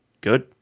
good